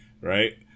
right